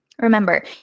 Remember